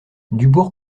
dubourg